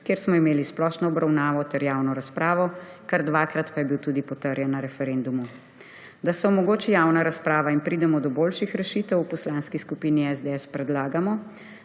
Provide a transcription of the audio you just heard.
kjer smo imeli splošno obravnavo ter javno razpravo, kar dvakrat pa je bil tudi potrjen na referendumu. Da se omogoči javna razprava in pridemo do boljših rešitev, v Poslanski skupini SDS predlagamo,